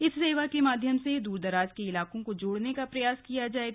इस सेवा के माध्यम से दूर दराज के गांवों को जोडने का प्रयास किया जायेगा